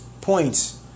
points